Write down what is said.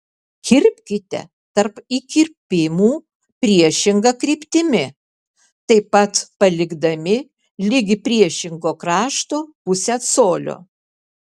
kirpkite tarp įkirpimų priešinga kryptimi taip pat palikdami ligi priešingo krašto pusę colio